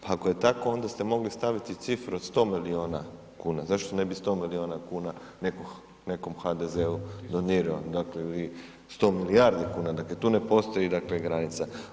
Pa ako je tako onda ste mogli staviti cifru od 100 miliona kuna, zašto ne bi 100 miliona kuna neko nekom HDZ-u donirao, dakle vi 100 milijardi kuna, dakle tu ne postoji dakle granica.